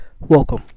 Welcome